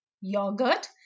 yogurt